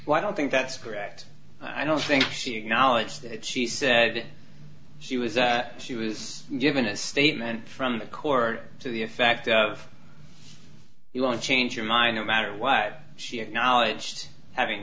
why don't think that's correct i don't think she acknowledged that she said she was that she was given a statement from the court to the effect of you want change your mind no matter what she acknowledged having